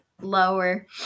lower